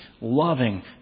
loving